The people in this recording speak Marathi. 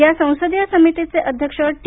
या संसदीय समितीचे अध्यक्ष टी